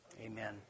amen